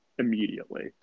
Immediately